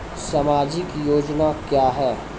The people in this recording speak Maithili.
समाजिक योजना क्या हैं?